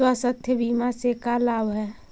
स्वास्थ्य बीमा से का लाभ है?